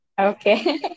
Okay